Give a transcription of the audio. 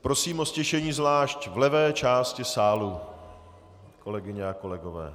Prosím o ztišení zvlášť v levé části sálu, kolegyně a kolegové.